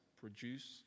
produce